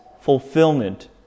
fulfillment